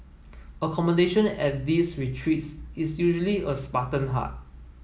accommodation at these retreats is usually a spartan hut